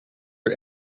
are